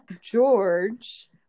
George